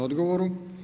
odgovoru.